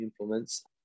implements